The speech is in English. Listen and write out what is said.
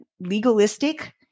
legalistic